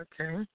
Okay